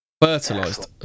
Fertilized